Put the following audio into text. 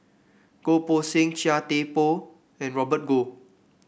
Goh Poh Seng Chia Thye Poh and Robert Goh